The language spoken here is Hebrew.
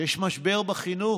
יש משבר בחינוך.